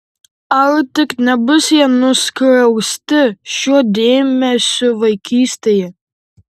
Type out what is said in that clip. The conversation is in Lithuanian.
ar tik nebus jie nuskriausti šiuo dėmesiu vaikystėje